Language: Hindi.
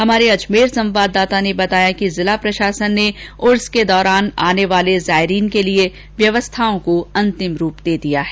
हमारे अजमेर संवाददाता ने बताया कि जिला प्रशासन ने उर्स के दौरान आने वाले जायरीन के लिए व्यवस्थाओं को अंतिम रूप दे दिया है